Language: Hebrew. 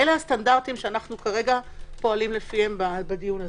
אלה הסטנדרטים שאנחנו כרגע פועלים לפיהם בדיון הזה.